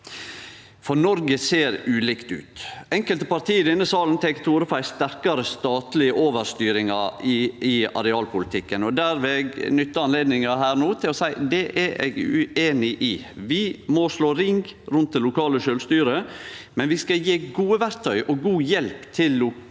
for Noreg ser ulikt ut. Enkelte parti i denne salen tek til orde for ei sterkare statleg overstyring i arealpolitikken. Der vil eg nytte anledninga her og no til å seie at det er eg ueinig i. Vi må slå ring rundt det lokale sjølvstyret, men vi skal gje gode verktøy og god hjelp til kommunane